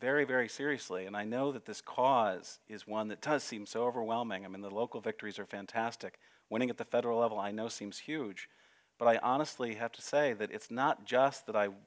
very very seriously and i know that this cause is one that does seem so overwhelming i mean the local victories are fantastic when at the federal level i know seems huge but i honestly have to say that it's not just that i